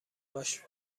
باش